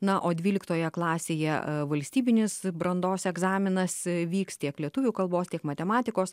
na o dvyliktoje klasėje valstybinis brandos egzaminas vyks tiek lietuvių kalbos tiek matematikos